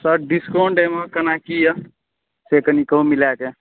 sir discount एहिमे केना कि यऽ से कनी कहू मिला कऽ